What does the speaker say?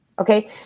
Okay